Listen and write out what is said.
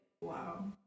wow